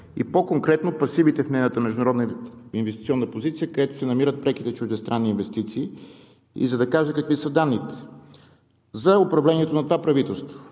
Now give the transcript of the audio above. а по-конкретно са пасивите в нейната международна инвестиционна позиция, където се намират преките чуждестранни инвестиции. Да кажа какви са данните за управлението на това правителство: